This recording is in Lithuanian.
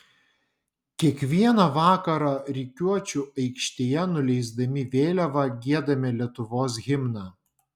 kiekvieną vakarą rikiuočių aikštėje nuleisdami vėliavą giedame lietuvos himną